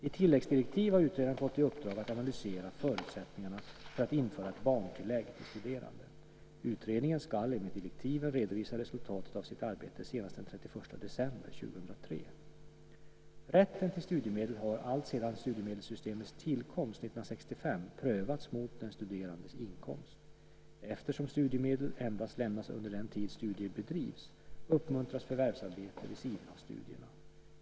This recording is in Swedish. I tilläggsdirektiv har utredaren fått i uppdrag att analysera förutsättningarna för att införa ett barntillägg till studerande. Utredningen ska enligt direktiven redovisa resultatet av sitt arbete senast den 31 december 2003. Rätten till studiemedel har alltsedan studiemedelssystemets tillkomst 1965 prövats mot den studerandes inkomst. Eftersom studiemedel lämnas endast under den tid studier bedrivs uppmuntras förvärvsarbete vid sidan av studierna.